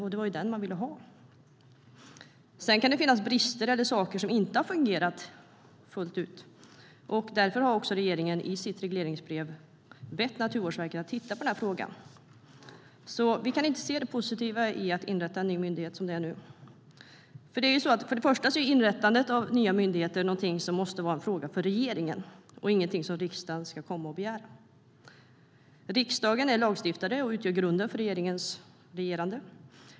Och det var ju den man ville ha. För det första är inrättandet av nya myndigheter någonting som måste vara en fråga för regeringen, och ingenting som riksdagen ska komma och begära. Riksdagen är lagstiftare och utgör grunden för regeringens regerande.